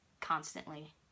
constantly